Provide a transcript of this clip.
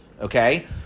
okay